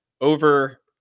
over